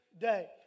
day